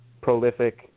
Prolific